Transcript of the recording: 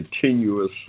continuous